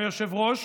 היושב-ראש,